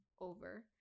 over